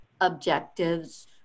objectives